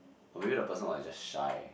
or maybe the person was just shy